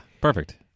perfect